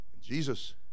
Jesus